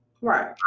Right